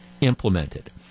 implemented